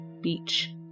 beach